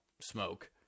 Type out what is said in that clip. smoke